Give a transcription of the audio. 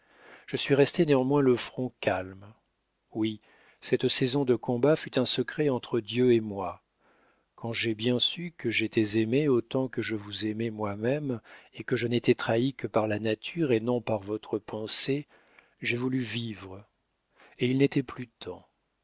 je suis restée néanmoins le front calme oui cette saison de combats fut un secret entre dieu et moi quand j'ai bien su que j'étais aimée autant que je vous aimais moi-même et que je n'étais trahie que par la nature et non par votre pensée j'ai voulu vivre et il n'était plus temps